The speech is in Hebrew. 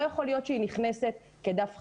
לא יכול להיות שהיא נכנסת כדף חלק.